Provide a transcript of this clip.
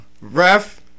Ref